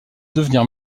devenir